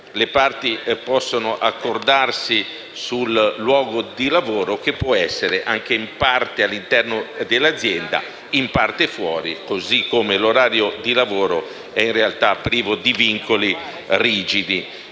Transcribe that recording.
Le parti possono accordarsi sul luogo di lavoro, che può essere in parte all’interno dell’azienda e in parte fuori, così come l’orario di lavoro è privo di vincoli rigidi.